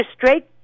Straight